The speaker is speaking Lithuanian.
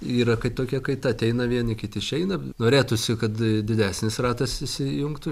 yra kai tokia kaita ateina vieni kiti išeina norėtųsi kad didesnis ratas įsijungtų